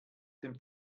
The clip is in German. dem